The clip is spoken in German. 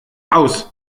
aus